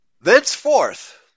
Thenceforth